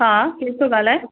हा केर थो ॻाल्हाए